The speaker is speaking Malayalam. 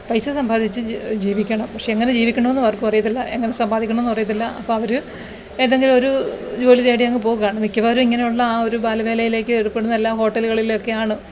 പൈസ സമ്പാദിച്ച് ജീവിക്കണം പക്ഷെ എങ്ങനെ ജീവിക്കണമെന്നും ആര്ക്കും അറിയത്തില്ല എങ്ങനെ സമ്പാദിക്കണമെന്നും അറിയത്തില്ല അപ്പം അവർ ഏതെങ്കിലും ഒരു ജോലി തേടി അങ്ങ് പോകുവാണ് മിക്കവാറും ഇങ്ങനെയുള്ള ആ ഒരു ബാലവേലയിലേക്ക് ഏർപ്പെടുന്നതെല്ലാം ഹോട്ടലുകളിൽ ഒക്കെയാണ്